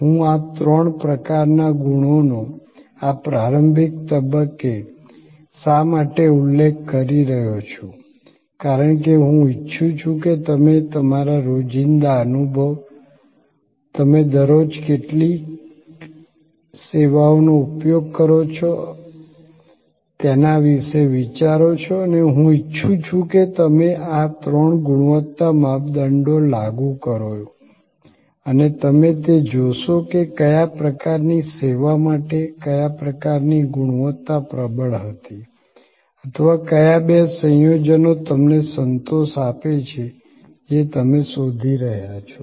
હું આ ત્રણ પ્રકારના ગુણોનો આ પ્રારંભિક તબક્કે શા માટે ઉલ્લેખ કરી રહ્યો છું કારણ કે હું ઈચ્છું છું કે તમે તમારા રોજિંદા અનુભવ તમે દરરોજ કેટલી સેવાઓનો ઉપયોગ કરો છો તેના વિશે વિચાર કરો અને હું ઈચ્છું છું કે તમે આ ત્રણ ગુણવત્તા માપદંડો લાગુ કરો અને તમે તે જોશે કે કયા પ્રકારની સેવા માટે કયા પ્રકારની ગુણવત્તા પ્રબળ હતી અથવા કયા બે સંયોજનો તમને સંતોષ આપે છે જે તમે શોધી રહ્યાં છો